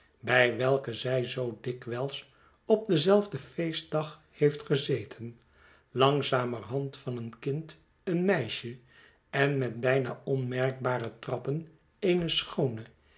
bij welken zij zoo dikwijls op denzelfden feestdag heeft gezeten langzamerhand van een kind een meisje en met bijna onmerkbare trappen eene schoone